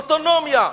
אוטונומיה.